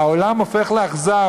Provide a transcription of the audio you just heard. העולם הופך לאכזר,